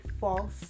false